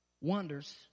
wonders